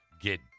Get